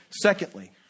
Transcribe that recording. Secondly